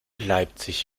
leipzig